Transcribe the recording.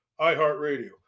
iHeartRadio